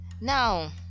Now